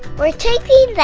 but we're taking the